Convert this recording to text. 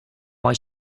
why